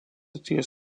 ties